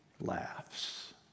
laughs